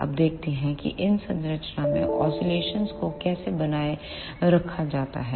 अब देखते हैं कि इस संरचना में ओसीलेशन को कैसे बनाए रखा जाता हैं